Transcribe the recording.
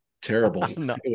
Terrible